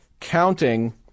counting